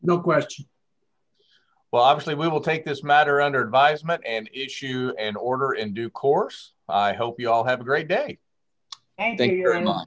no questions well obviously we will take this matter under buys met and issue an order in due course i hope you all have a great day and they are not